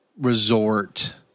resort